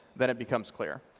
then it becomes clear.